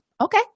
Okay